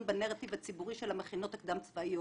בנרטיב הציבורי של המכינות הקדם צבאיות.